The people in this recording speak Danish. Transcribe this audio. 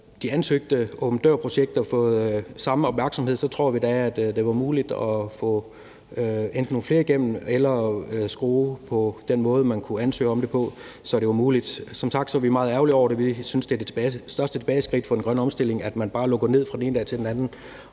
alle de ansøgte åben dør-projekter fået samme opmærksomhed, tror vi da, at det var muligt enten at få nogle flere igennem eller at skrue på den måde, man kunne ansøge om det på, så det var muligt. Som sagt er vi meget ærgerlige over det. Vi synes, det er det største tilbageskridt for den grønne omstilling, at man bare lukker ned fra den ene dag til den anden,